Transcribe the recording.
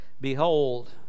behold